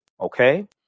Okay